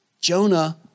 Jonah